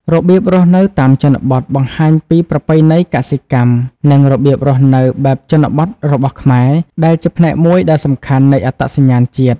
របៀបរស់នៅតាមជនបទ បង្ហាញពីប្រពៃណីកសិកម្ម និងរបៀបរស់នៅបែបជនបទរបស់ខ្មែរ ដែលជាផ្នែកមួយដ៏សំខាន់នៃអត្តសញ្ញាណជាតិ ។